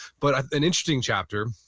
but an interesting chapter,